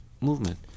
movement